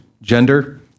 gender